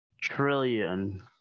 trillion